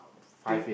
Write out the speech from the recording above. they